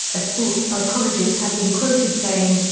a sports psychologist had been quoted saying,